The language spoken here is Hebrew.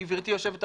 גברתי יושבת הראש,